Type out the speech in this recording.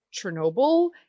Chernobyl